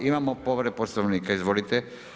Imamo povredu Poslovnika, izvolite.